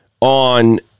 on